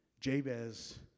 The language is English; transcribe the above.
Jabez